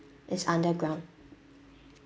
it's underground